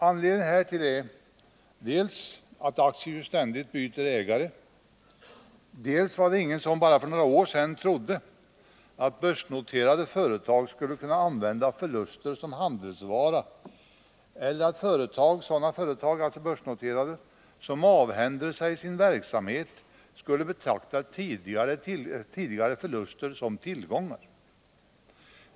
Anledningen härtill är dels att aktier ju ständigt byter ägare, dels det förhållandet att ingen bara för några få år sedan trodde att börsnoterade företag skulle börja använda förluster som handelsvara eller att sådana företag som avhänder sig sin verksamhet skulle betrakta tidigare förluster som tillgångar.